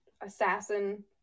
assassin